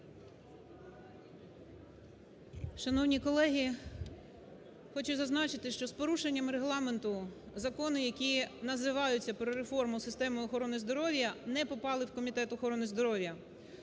Шановні колеги, хочу зазначити, що з порушенням Регламенту закони, які називаються про реформу системи охорони здоров'я, не попали в Комітет охорони здоров'я.